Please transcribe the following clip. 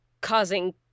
causing